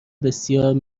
بسیار